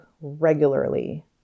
regularly